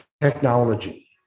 technology